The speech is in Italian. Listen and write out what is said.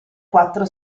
quattro